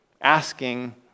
asking